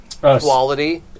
quality